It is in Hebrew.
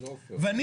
אני